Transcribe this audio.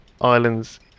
islands